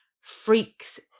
freaks